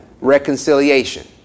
reconciliation